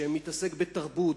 שמתעסק בתרבות,